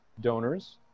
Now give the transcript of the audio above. donors